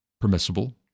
permissible